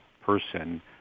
person